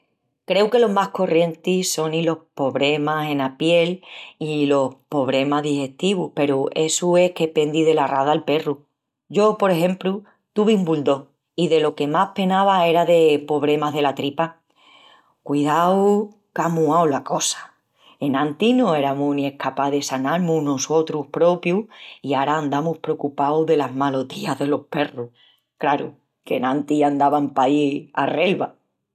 Creu que los más corrientis sonin los pobremas ena piel i los pobremas digestivus peru essu es que pendi dela raza'l perru. Yo, por exempru, tuvi un bulldog i delo que más penava era de pobremas dela tripa. Cudiau qu'á muau la cosa! Enantis no eramus ni escapás de sanal-mus nusotrus propius i ara andamus precupaus delas malotías delos perrus. Craru qu'enantis andavan paí a relva!